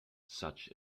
such